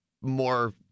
more